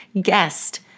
guest